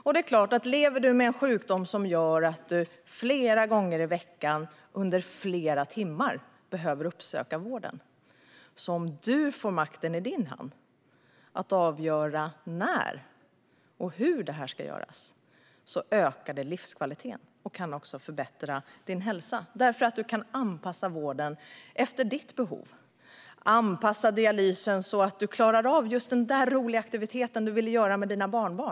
Om man lever med en sjukdom som innebär att man behöver uppsöka vården flera gånger i veckan under flera timmar och får makten i sin hand att avgöra när och hur det ska göras är det klart att livskvaliteten ökar. Det kan också förbättra hälsan, eftersom man kan anpassa vården efter det egna behovet. Man kan anpassa dialysen så att man klarar av just den där roliga aktiviteten som man vill göra med barnbarnen.